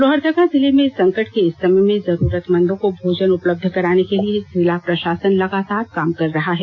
लोहरदगा जिला में संकट के इस समय में जरूरतमंदों को भोजन उपलब्ध कराने के लिए जिला प्रशासन लगातार काम कर रहा है